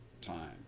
time